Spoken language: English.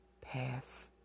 Pass